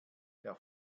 der